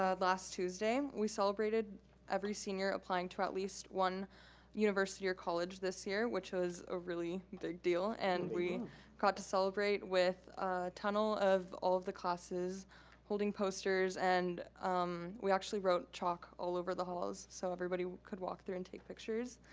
ah last tuesday. we celebrated every senior applying to at least one university or college this year, which was a really big deal. and we got to celebrate with a tunnel of all of the classes holding posters and um we actually wrote chalk all over the halls so everybody could walk through and take pictures.